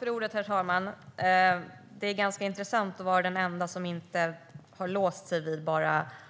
Herr talman! Det är ganska intressant att vara den enda som inte har låst sig vid